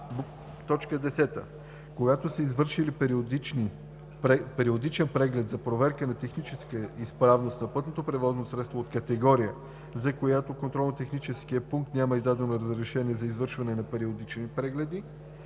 147; 10. когато са извършили периодичен преглед за проверка на техническата изправност на пътно превозно средство от категория, за която контролно-техническият пункт няма издадено разрешение за извършване на периодични прегледи